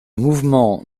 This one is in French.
mouvement